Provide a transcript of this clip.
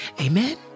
Amen